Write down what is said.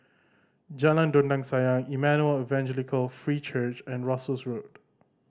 Jalan Dondang Sayang Emmanuel Evangelical Free Church and Russels Road